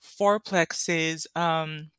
fourplexes